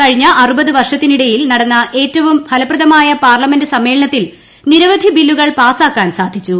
കഴിഞ്ഞുടൂർ ്വർഷത്തിനിടയിൽ നടന്ന ഏറ്റവും ഫലപ്രദമായ പാർലമെന്റ് സ്ത്രജ്മേളനത്തിൽ നിരവധി ബില്ലുകൾ പാസ്സാക്കാൻ സാധിച്ചു